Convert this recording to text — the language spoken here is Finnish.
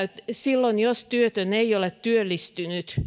että silloin jos työtön ei ole työllistynyt